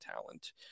talent